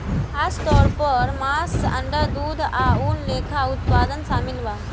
खासतौर पर मांस, अंडा, दूध आ ऊन लेखा उत्पाद शामिल बा